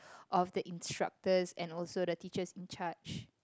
of the instructors and also the teachers in charge